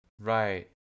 right